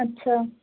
ਅੱਛਾ